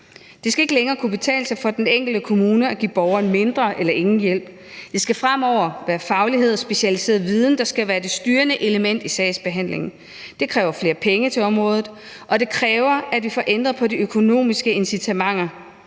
Det skal ikke længere kunne betale sig for den enkelte kommune at give borgeren mindre eller ingen hjælp. Det skal fremover være faglighed og specialiseret viden, der skal være det styrende element i sagsbehandlingen. Det kræver flere penge til området, og det kræver, at vi får ændret på de økonomiske incitamenter.